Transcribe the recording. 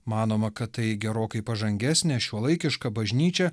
manoma kad tai gerokai pažangesnė šiuolaikiška bažnyčia